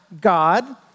God